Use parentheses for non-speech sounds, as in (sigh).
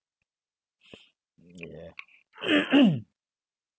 mm yeah (coughs)